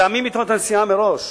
מתאמים אתו את הנסיעה מראש.